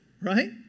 right